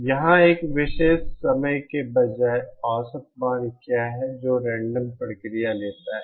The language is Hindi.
यहां एक विशेष समय के बजाय औसत मान क्या है जो रेंडम प्रक्रिया लेता है